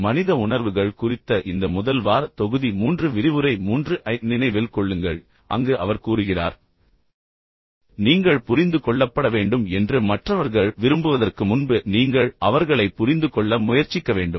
எனவே மனித உணர்வுகள் குறித்த இந்த முதல் வார தொகுதி 3 விரிவுரை 3 ஐ நினைவில் கொள்ளுங்கள் அங்கு அவர் கூறுகிறார் நீங்கள் புரிந்துகொள்ளப்பட வேண்டும் என்று மற்றவர்கள் விரும்புவதற்கு முன்பு நீங்கள் அவர்களைப் புரிந்துகொள்ள முயற்சிக்க வேண்டும்